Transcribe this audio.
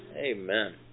Amen